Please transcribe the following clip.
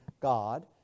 God